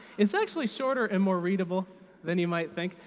it's actually shorter and more readable than you might think.